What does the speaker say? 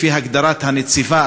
לפי הגדרת הנציבה,